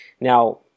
Now